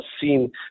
seen